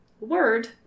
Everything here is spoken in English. word